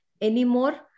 anymore